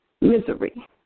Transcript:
misery